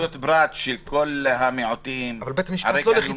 אני בעד זכויות פרט של כל המיעוטים --- אבל בית המשפט לא הולך איתנו.